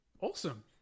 awesome